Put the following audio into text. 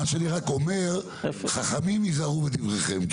מה שאני רק אומר, חכמים היזהרו בדבריכם.